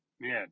Man